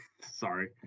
sorry